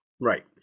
Right